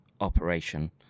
operation